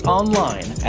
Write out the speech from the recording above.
online